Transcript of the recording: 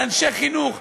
על אנשי חינוך,